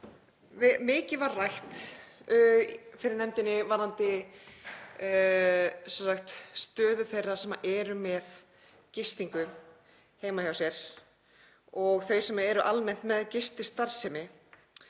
mikið var rætt fyrir nefndinni um stöðu þeirra sem eru með gistingu heima hjá sér og þeirra sem eru almennt með gististarfsemi.